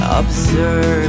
observe